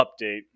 update